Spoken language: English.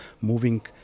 moving